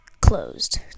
closed